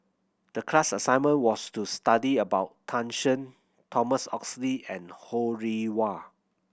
the class assignment was to study about Tan Shen Thomas Oxley and Ho Rih Hwa